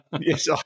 Yes